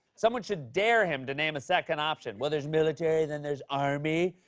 someone should dare him to name a second option. well, there's military, then there's army,